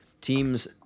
teams